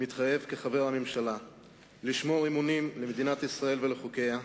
מתחייב כחבר הממשלה לשמור אמונים למדינת ישראל ולחוקיה,